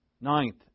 Ninth